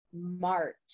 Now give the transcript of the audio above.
March